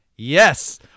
Yes